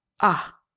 Ah